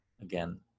again